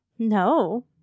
No